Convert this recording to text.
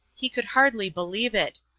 he could hardly believe it,